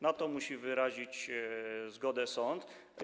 Na to musi wyrazić zgodę sąd.